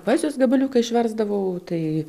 poezijos gabaliuką išversdavau tai